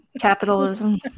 Capitalism